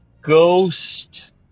Ghost